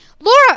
Laura